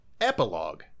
Epilogue